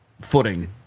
footing